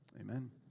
Amen